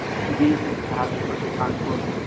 جی سہارنپور سے کانپور